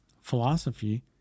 Philosophy